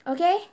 Okay